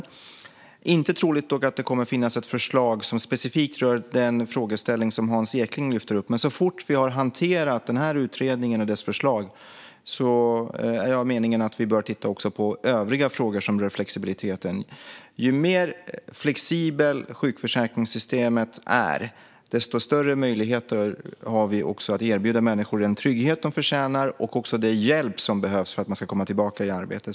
Det är dock inte troligt att det kommer att finnas ett förslag som specifikt rör den frågeställning som Hans Eklind lyfter upp, men så fort vi har hanterat utredningen och dess förslag är jag av meningen att vi bör titta också på övriga frågor som rör flexibiliteten. Ju mer flexibelt sjukförsäkringssystemet är, desto större möjligheter har vi också att erbjuda människor den trygghet de förtjänar och den hjälp som behövs för att man ska komma tillbaka i arbete.